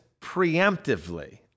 preemptively